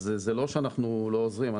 אז זה לא שאנחנו לא עוזרים.